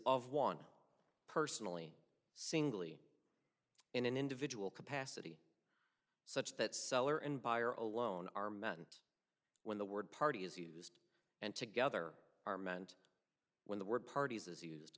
of one personally singly in an individual capacity such that seller and buyer alone are met and when the word party is used and together are meant when the word parties is use